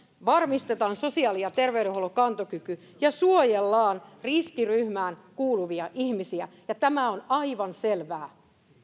varmistetaan sosiaali ja terveydenhuollon kantokyky ja suojellaan riskiryhmään kuuluvia ihmisiä ja tämä on aivan selvää